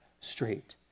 straight